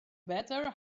better